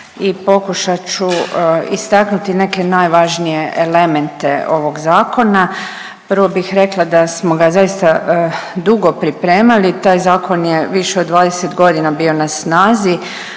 i pokušat ću istaknuti neke najvažnije elemente ovog zakona. Prvo bih rekla da smo ga zaista dugo pripremali, taj zakon je više od 20 godina bio na snazi,